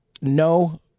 no